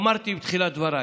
אמרתי בתחילת דבריי: